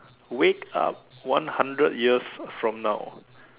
wake up one hundred years from now